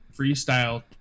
freestyle